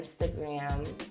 Instagram